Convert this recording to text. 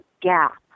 gap